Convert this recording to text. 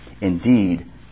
Indeed